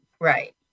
Right